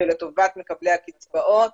חשבנו שלטובת מקבלי הקצבאות